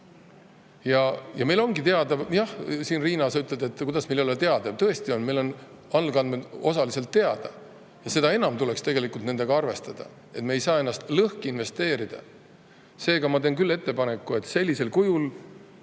baasandmed teada? Riina, sa ütled, et kuidas meil ei ole teada. Tõesti, meil on algandmed osaliselt teada, ja seda enam tuleks tegelikult nendega arvestada. Me ei saa ennast lõhki investeerida. Seega ma teen küll ettepaneku, et sellisel kujul